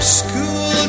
school